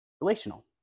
relational